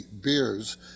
beers